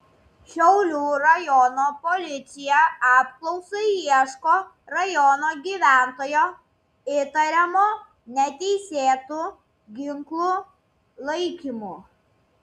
šiaulių rajono policija apklausai ieško rajono gyventojo įtariamo neteisėtu ginklu laikymu